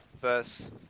verse